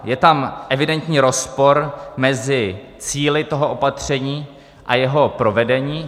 Je tam evidentní rozpor mezi cíli toho opatření a jeho provedení.